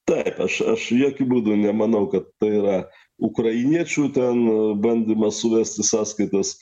taip aš aš jokiu būdu nemanau kad tai yra ukrainiečių ten bandymas suvest sąskaitas